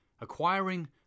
Acquiring